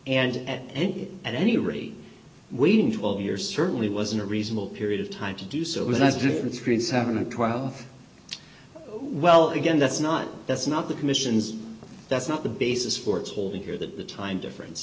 and any ready waiting twelve years certainly wasn't a reasonable period of time to do so was different screens having a trial well again that's not that's not the commission's that's not the basis for its holding here that the time difference